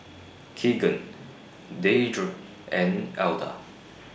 Keegan Deirdre and Alda